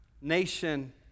nation